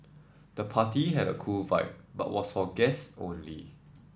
the party had a cool vibe but was for guests only